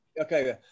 Okay